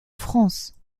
france